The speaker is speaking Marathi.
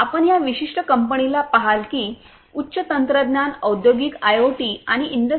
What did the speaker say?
आपण या विशिष्ट कंपनीला पहाल की उच्च तंत्रज्ञान औद्योगिक आयओटी आणि इंडस्ट्री 4